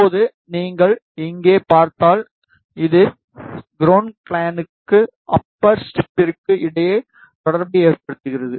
இப்போது நீங்கள் இங்கே பார்த்தால் இது கிரவுண்ட் பிளான்க்கு அப்பர் ஸ்ட்ரிப்க்கு இடையே தொடர்பை ஏற்படுத்துகிறது